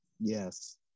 Yes